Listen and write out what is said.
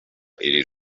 iri